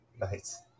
nice